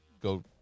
go